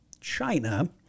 China